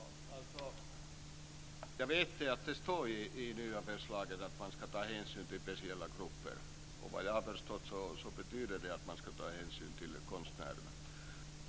Herr talman! Jag vet att det står i det nya förslaget att man ska ta hänsyn till speciella grupper. Vad jag har förstått betyder det att man ska ta hänsyn till konstnärerna.